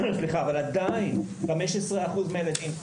אבל עדיין מדובר ב-15% מהילדים.